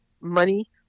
money